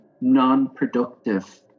non-productive